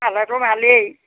পালেটো ভালেই